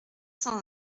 cent